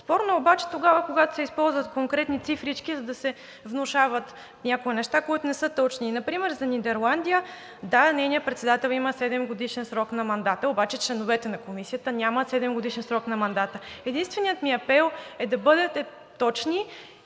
Спорно е обаче тогава, когато се използват конкретни цифрички, за да се внушават някои неща, които не са точни. Например за Нидерландия, да, нейният председател има седемгодишен срок на мандата, обаче членовете на Комисията нямат седемгодишен срок на мандата. Единственият ми апел е да бъдете точни